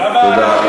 תודה.